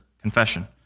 Confession